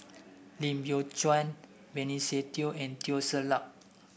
Lim Biow Chuan Benny Se Teo and Teo Ser Luck